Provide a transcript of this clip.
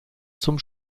zum